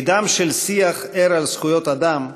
בעידן של שיח ער על זכויות אדם,